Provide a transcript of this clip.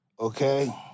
Okay